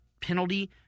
penalty